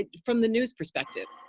ah from the news perspective.